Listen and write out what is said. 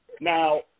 Now